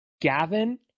gavin